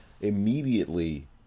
immediately